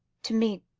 to me,